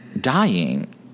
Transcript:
Dying